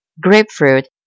Grapefruit